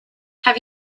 have